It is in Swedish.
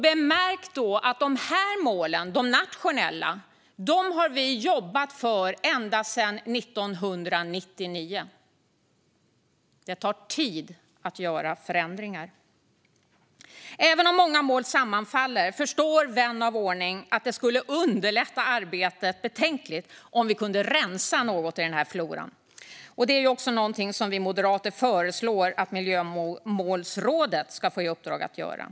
Bemärk då att vi har jobbat för dessa nationella mål ända sedan 1999. Det tar tid att göra förändringar. Även om många mål sammanfaller förstår vän av ordning att det skulle underlätta arbetet väsentligt om vi kunde rensa något i den här floran. Det är också något som vi moderater föreslår att Miljömålsrådet ska få i uppdrag att göra.